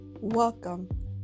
Welcome